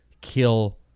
kill